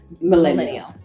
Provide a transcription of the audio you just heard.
millennial